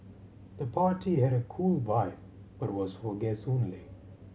the party had a cool vibe but was for guests only